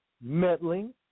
meddling